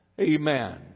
Amen